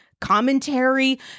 commentary